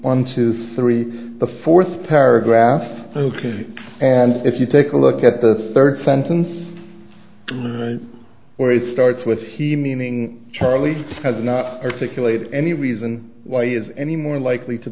one two three the fourth paragraph and if you take a look at the third sentence where it starts with he meaning charlie has not articulated any reason why he is any more likely to